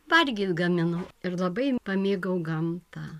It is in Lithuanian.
valgyt gaminu ir labai pamėgau gamtą